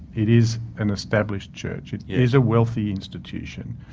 it is an established church. it is a wealthy institution.